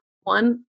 one